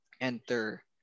enter